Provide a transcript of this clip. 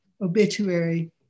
obituary